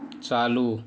चालू